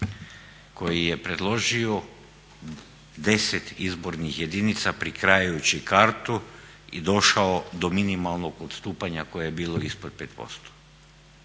koji je predložio 10 izbornih jedinica prekrajajući kartu i došao do minimalnog odstupanja koje je bilo ispod 5%,